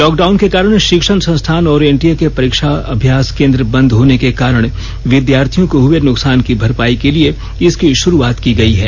lockdown के कारण शिक्षण संस्थान और एनटीए के परीक्षा अभ्यास केन्द बंद होने के कारण विद्यार्थियों को हुए नुकसान की भरपाई के लिए इसकी शुरूआत की गई है